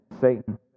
Satan